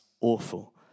awful